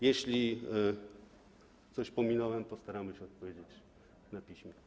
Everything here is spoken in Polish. Jeśli coś pominąłem, postaram się odpowiedzieć na piśmie.